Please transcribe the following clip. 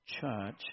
Church